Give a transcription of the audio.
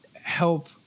help